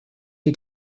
you